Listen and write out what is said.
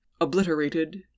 obliterated